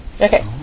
okay